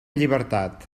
llibertat